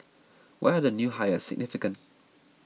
why are the new hires significant